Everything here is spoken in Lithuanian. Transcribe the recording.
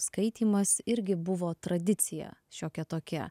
skaitymas irgi buvo tradicija šiokia tokia